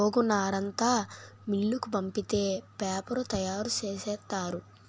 గోగునారంతా మిల్లుకు పంపితే పేపరు తయారు సేసేత్తారు